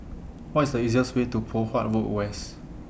What IS The easiest Way to Poh Huat Road West